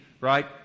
right